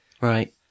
Right